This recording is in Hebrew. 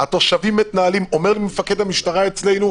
אומר מפקד המשטרה אצלנו,